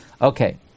Okay